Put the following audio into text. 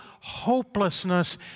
hopelessness